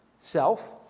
self